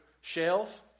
shelf